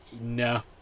no